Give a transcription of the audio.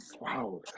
Wow